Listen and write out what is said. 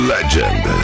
Legend